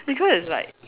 because it's like